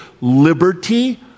liberty